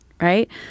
right